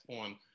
on –